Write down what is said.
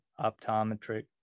optometric